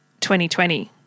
2020